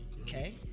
Okay